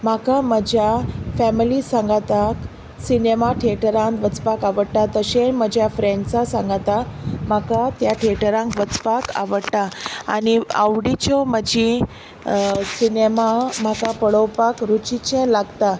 म्हाका म्हज्या फॅमिली सांगाताक सिनेमा थिएटरान वचपाक आवडटा तशें म्हज्या फ्रेंड्सां सांगाता म्हाका त्या थिएटरान वचपाक आवडटा आनी आवडीच्यो म्हजी सिनेमा म्हाका पळोवपाक रुचीचें लागता